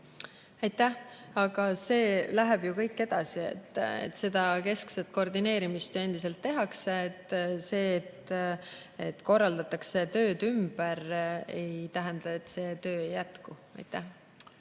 Aitäh! Aga see läheb kõik edasi, seda keskset koordineerimist ju endiselt tehakse. See, et korraldatakse töö ümber, ei tähenda, et see töö ei jätku. Aitäh!